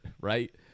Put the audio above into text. right